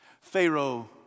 Pharaoh